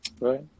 Right